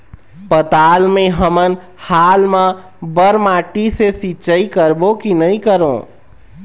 पताल मे हमन हाल मा बर माटी से सिचाई करबो की नई करों?